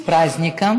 ספרזניקם.